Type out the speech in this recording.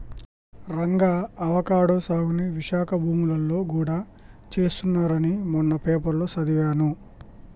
Ranga avocado సాగుని విశాఖ భూములలో గూడా చేస్తున్నారని మొన్న పేపర్లో సదివాను